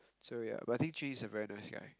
so ya but I think Jun-Yi is a very nice guy